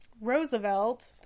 Roosevelt